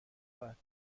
بعد